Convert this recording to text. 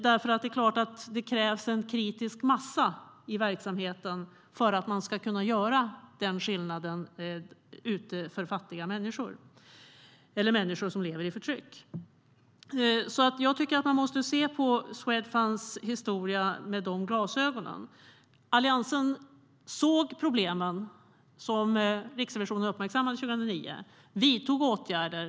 Det krävs en kritisk massa i verksamheten för att man ska kunna göra en skillnad för fattiga människor eller människor som lever i förtryck. Man måste se på Swedfunds historia med de glasögonen. Alliansen såg problemen som Riksrevisionen uppmärksammade 2009 och vidtog åtgärder.